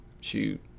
Shoot